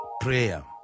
Prayer